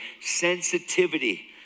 sensitivity